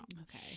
okay